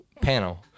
panel